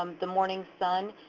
um the morning sun,